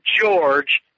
George